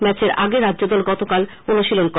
ম্যাচের আগে রাজ্যদল গতকাল অনুশীলন করে